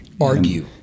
argue